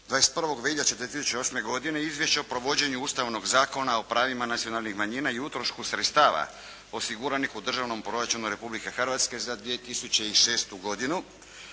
21. veljače 2008. godine Izvješće o provođenju Ustavnog zakona o pravima nacionalnih manjina i utrošku sredstava osiguranih u državnom proračunu Republike Hrvatske za 2006. godinu